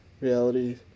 reality